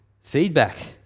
feedback